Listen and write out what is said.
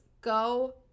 go